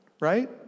Right